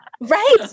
right